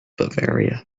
bavaria